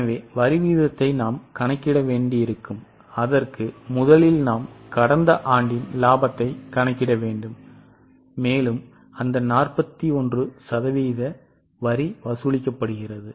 எனவே வரி விகிதத்தை நாம் கணக்கிட வேண்டியிருக்கும் அதற்கு முதலில் நாம் கடந்த ஆண்டின் லாபத்தை கணக்கிட வேண்டும் மேலும் அந்த 41 சதவீத வரி வசூலிக்கப்படுகிறது